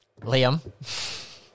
Liam